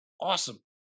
awesome